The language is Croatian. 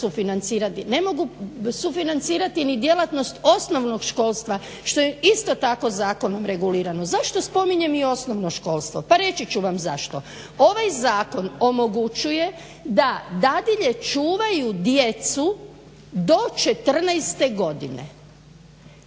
sufinancirati, ne mogu sufinancirati ni djelatnost osnovnog školstva što je isto tako zakonom regulirano. Zašto spominjem i osnovno školstvo? Pa reći ću vam zašto. Ovaj zakonom omogućuje da dadilje čuvaju djecu do 14.godine.